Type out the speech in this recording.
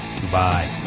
Goodbye